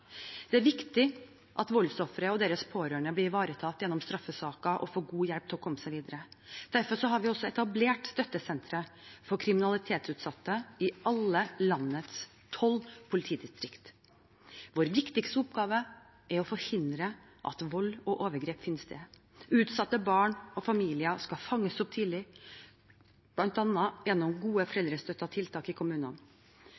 Det er viktig at voldsofre og deres pårørende blir ivaretatt gjennom straffesaker og får god hjelp til å komme seg videre. Derfor har vi også etablert støttesentre for kriminalitetsutsatte i alle landets tolv politidistrikt. Vår viktigste oppgave er å forhindre at vold og overgrep finner sted. Utsatte barn og familier skal fanges opp tidlig, bl.a. gjennom gode